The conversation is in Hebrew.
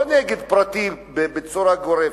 וגם לא נגד פרטי בצורה גורפת.